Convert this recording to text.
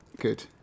Good